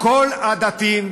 כל הדתיים,